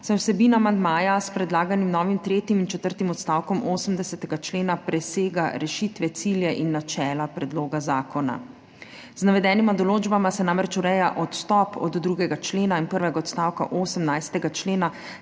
saj vsebina amandmaja s predlaganim novim tretjim in četrtim odstavkom 80. člena presega rešitve, cilje in načela predloga zakona. Z navedenima določbama se namreč ureja odstop od 2. člena in prvega odstavka 18. člena